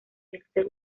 dexter